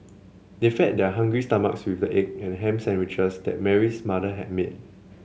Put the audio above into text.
they fed their hungry stomachs with the egg and ham sandwiches that Mary's mother had made